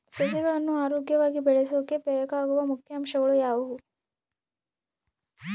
ಸಸಿಗಳನ್ನು ಆರೋಗ್ಯವಾಗಿ ಬೆಳಸೊಕೆ ಬೇಕಾಗುವ ಮುಖ್ಯ ಅಂಶಗಳು ಯಾವವು?